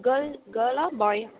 girl கேர்ளா பாயா